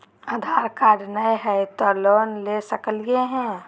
आधार card नही हय, तो लोन ले सकलिये है?